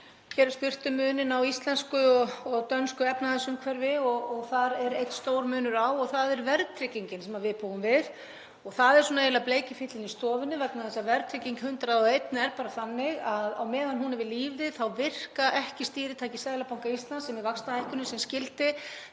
Hér er spurt um muninn á íslensku og dönsku efnahagsumhverfi og þar er einn stór munur á og það er verðtryggingin sem við búum við. Það er eiginlega fíllinn í stofunni vegna þess að verðtrygging 101 er bara þannig að á meðan hún er við lýði þá virkar ekki stýritæki Seðlabanka Íslands, sem er vaxtahækkunin, sem skyldi